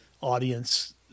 audience